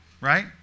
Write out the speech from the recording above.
right